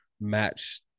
match